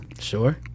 sure